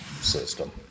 system